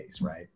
right